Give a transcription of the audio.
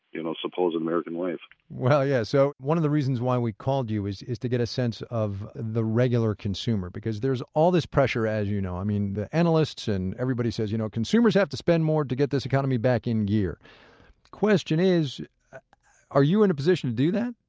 you know, supposed american life well yeah, so one of the reasons why we called you is is to get a sense of the regular consumer, because there's all this pressure, as you know the analysts and everybody says, you know consumers have to spend more to get this economy back in gear question is are you in a position to do that?